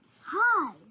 Hi